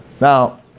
Now